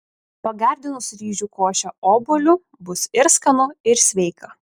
pagardinus ryžių košę obuoliu bus ir skanu ir sveika